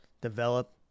develop